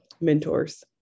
mentors